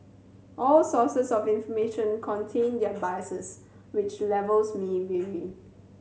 all sources of information contain their biases which levels me vary